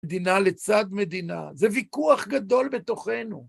מדינה לצד מדינה. זה ויכוח גדול בתוכנו.